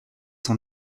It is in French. cent